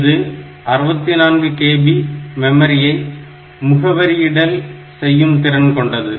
இது 64kB மெமரியை முகவரியிடல் செய்யும் திறன் கொண்டது